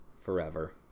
forever